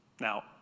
Now